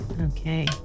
Okay